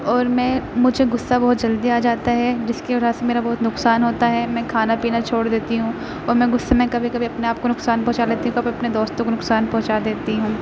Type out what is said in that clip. اور میں مجھے غصہ بہت جلدی آ جاتا ہے جس کی وجہ سے میرا بہت نقصان ہوتا ہے میں کھانا پینا چھوڑ دیتی ہوں اور میں غصے میں کبھی کبھی اپنے آپ کو نقصان پہنچا لیتی ہوں کبھی اپنے دوستوں کو نقصان پہنچا دیتی ہوں